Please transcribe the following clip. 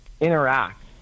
interact